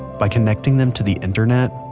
by connecting them to the internet,